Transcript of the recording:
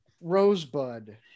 Rosebud